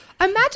imagine